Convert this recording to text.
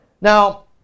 Now